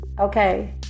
Okay